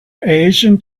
asian